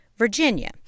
Virginia